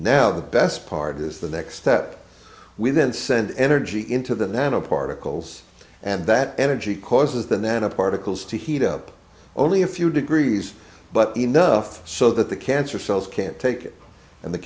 now the best part is the next step we then send energy into the nano particles and that energy causes the nanoparticles to heat up only a few degrees but enough so that the cancer cells can't take it and the